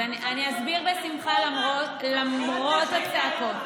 אני אסביר בשמחה, למרות הצעקות.